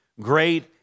Great